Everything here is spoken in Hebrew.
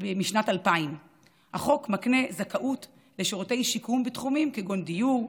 בשנת 2000. החוק מקנה זכאות לשירותי שיקום בתחומים כגון דיור,